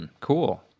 Cool